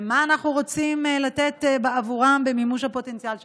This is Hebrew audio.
מה אנחנו רוצים לתת בעבורם למימוש הפוטנציאל שלהם?